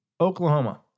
Oklahoma